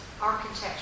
architecture